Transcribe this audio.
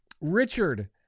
richard